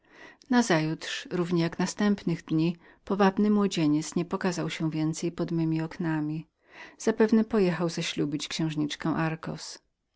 równie jak następnych dni powabny młodzieniec nie pokazał się więcej pod memi oknami zapewne pojechał zaślubić księżniczkę darcos